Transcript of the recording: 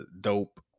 dope